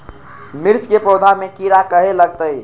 मिर्च के पौधा में किरा कहे लगतहै?